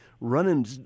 running